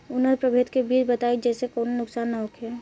उन्नत प्रभेद के बीज बताई जेसे कौनो नुकसान न होखे?